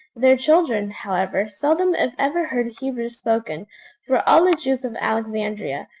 their children, however, seldom if ever heard hebrew spoken for all the jews of alexandria,